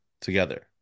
together